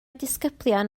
disgyblion